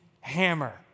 hammer